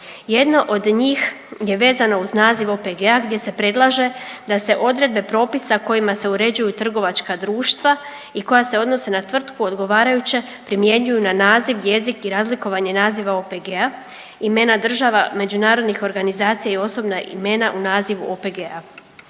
Jedno od njih je vezano uz naziv OPG-a gdje se predlaže da se odredbe propisa kojima se uređuju trgovačka društva i koja se odnose na tvrtku odgovarajuće primjenjuju na naziv, jezik i razlikovanje naziva OPG-a, imena država, međunarodnih organizacija i osobna imena u nazivu OPG-a